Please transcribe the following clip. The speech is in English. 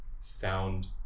found